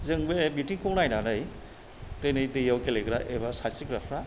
जों बे बिथिंखौ नायनानै दिनै दैयाव गेलेग्रा एबा सानस्रिग्राफ्रा